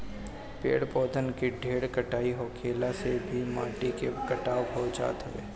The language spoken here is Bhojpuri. पेड़ पौधन के ढेर कटाई होखला से भी माटी के कटाव हो जात हवे